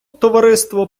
товариство